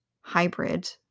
hybrid